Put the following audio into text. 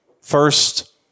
First